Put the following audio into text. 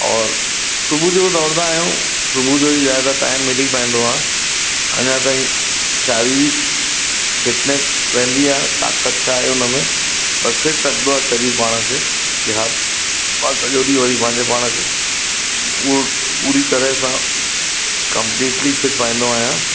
और सुबुह जो दौड़ंदा आहियूं सुबुह जो ई ज्यादातर टाइम मिली पाईंदो आहे अञा ताईं शारीरिक फिटनैस रहंदी आहे ताक़त आहे उन में बस फिट रखंदो आहे शरीर पाण खे कि हा पाण सॼो ॾींहुं हो ई पंहिंजे पाण खे पू पूरी तरह सां कंप्लीटली फिट पाईंदो आहियां